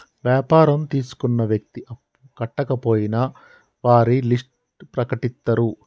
వ్యాపారం తీసుకున్న వ్యక్తి అప్పు కట్టకపోయినా వారి లిస్ట్ ప్రకటిత్తరు